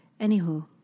anywho